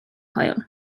hwyl